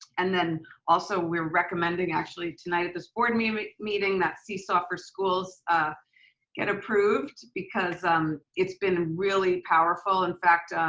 and then also we're recommending actually tonight at this board meeting meeting that seesaw for schools um get approved because um it's been really powerful. in fact,